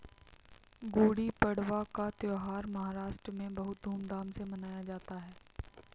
गुड़ी पड़वा का त्यौहार महाराष्ट्र में बहुत धूमधाम से मनाया जाता है